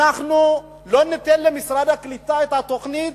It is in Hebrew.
אנחנו לא ניתן למשרד הקליטה את התוכנית,